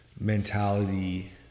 mentality